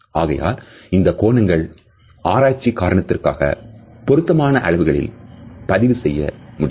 ஆகையால் இந்த கோணங்கள் ஆராய்ச்சி காரணத்திற்காக பொருத்தமான அளவுகளில் பதிவு செய்ய முடியும்